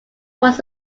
was